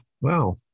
Wow